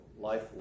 life